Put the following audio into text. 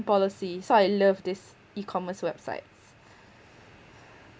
policy so I love these e-commerce websites